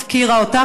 הפקירה אותן,